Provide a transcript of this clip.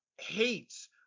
hates